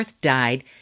died